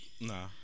Nah